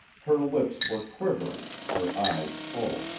her lips were quivering, her eyes full.